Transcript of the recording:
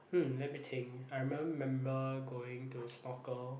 hmm let me think I remember member going to snorkel